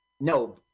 No